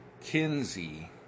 Kinsey